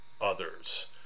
others